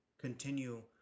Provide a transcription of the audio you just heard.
continue